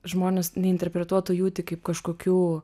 žmonės neinterpretuotų jų tik kaip kažkokių